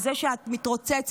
על זה שאת מתרוצצת,